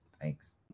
thanks